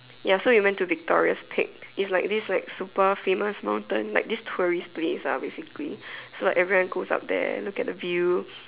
ya so we went to Victoria's peak it's like this like super famous mountain like this tourist place ah basically so like everyone goes up there look at the view